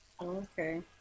Okay